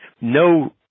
no